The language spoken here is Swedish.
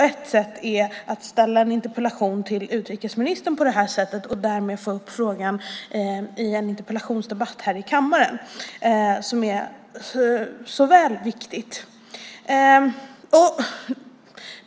Ett sätt är att ställa en interpellation till utrikesministern på det här sättet och därmed få upp frågan i en interpellationsdebatt här i kammaren. Det är väl så viktigt.